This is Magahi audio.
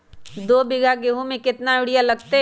दो बीघा गेंहू में केतना यूरिया लगतै?